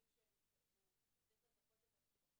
אנחנו בדיון של מומי לב.